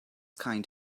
kind